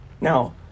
Now